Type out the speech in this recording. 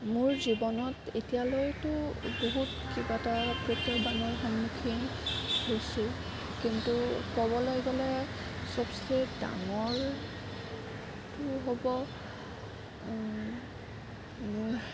মোৰ জীৱনত এতিয়ালৈতো বহুত কেইবাটাও প্ৰত্যাহ্বানৰ সন্মুখীন হৈছোঁ কিন্তু ক'বলৈ গ'লে চবচে ডাঙৰ টো হ'ব মোৰ